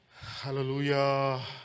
hallelujah